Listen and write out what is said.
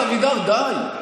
חבר הכנסת אבידר, די.